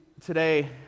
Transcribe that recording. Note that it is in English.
today